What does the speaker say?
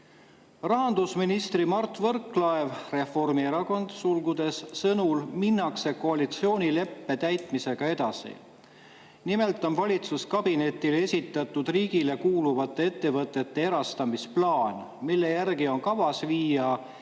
"Rahandusministri Mart Võrklaeva (Reformierakond) sõnul minnakse koalitsioonileppe täitmisega edasi. Nimelt on valitsuskabinetile esitatud riigile kuuluvate ettevõtete erastamisplaan, mille järgi on kavas viia Elektrilevi